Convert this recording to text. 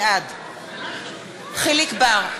בעד יחיאל חיליק בר,